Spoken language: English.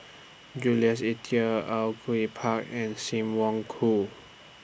Jules Itier Au Yue Pak and SIM Wong Hoo